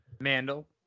Mandel